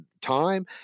time